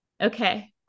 okay